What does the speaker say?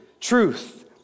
truth